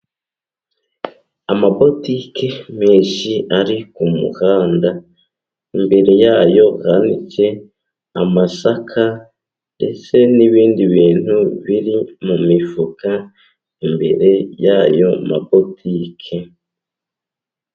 Amabotike menshi ari ku muhanda imbere yayo hanitse amasaka ndetse n'ibindi bintu biri mu mifuka imbere y'ayo mabotike.